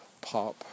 Pop